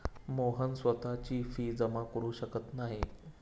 मोहन स्वतःची फी जमा करु शकत नाही